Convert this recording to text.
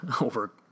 over